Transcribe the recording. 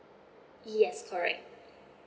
yes correct